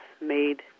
made